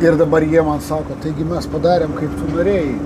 ir dabar jie man sako taigi mes padarėm kaip tu norėjai